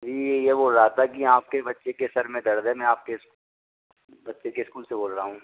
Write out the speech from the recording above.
जी ये ये बोल रहा था कि आपके बच्चे के सिर में दर्द है मैं आपके बच्चे के स्कूल से बोल रहा हूँ